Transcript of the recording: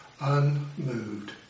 unmoved